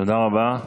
תודה רבה.